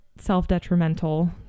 self-detrimental